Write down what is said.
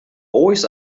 always